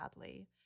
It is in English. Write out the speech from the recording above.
sadly